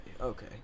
okay